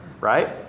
right